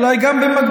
ואולי גם במקביל,